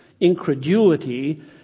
incredulity